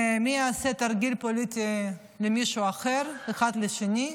מי יעשה תרגיל פוליטי למישהו אחר, אחד לשני,